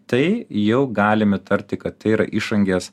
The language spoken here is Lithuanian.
tai jau galim įtarti kad tai yra išangės